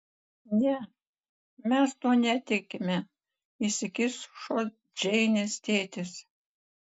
ne mes tuo netikime įsikišo džeinės tėtis